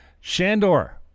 Shandor